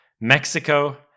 Mexico